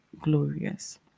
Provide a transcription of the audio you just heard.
glorious